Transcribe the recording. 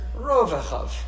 rovechav